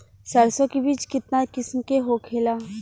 सरसो के बिज कितना किस्म के होखे ला?